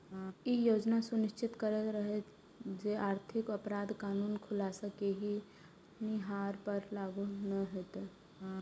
ई योजना सुनिश्चित करैत रहै जे आर्थिक अपराध कानून खुलासा केनिहार पर लागू नै हेतै